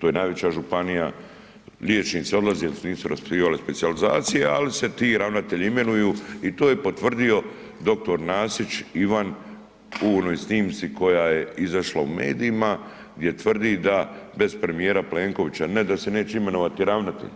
To je najveća županija, liječnici odlaze jer … specijalizacije, ali se ti ravnatelji imenuju i to je potvrdio dr. Nasić Ivan u onoj snimci koja je izašla u medijima gdje tvrdi da bez premijera Plenkovića ne da se neće imenovati ravnatelj